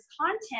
content